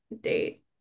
date